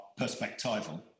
perspectival